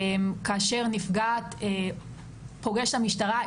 כאשר נפגעת פוגשת את המשטרה,